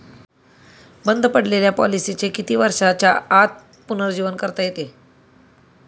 बंद पडलेल्या पॉलिसीचे किती वर्षांच्या आत पुनरुज्जीवन करता येते?